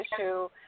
issue